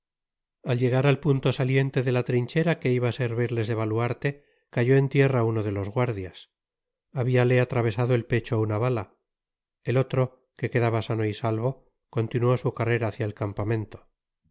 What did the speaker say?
al llegar al ángulo saliente de la trinchera que iba á servirles de baluarte cayó en tierra uno de los guardias habiale atravesado el pecho una bala el otro que quedaba sano y salvo continuó su carrera hácia el campamento